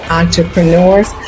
entrepreneurs